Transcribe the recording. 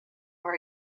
were